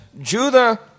Judah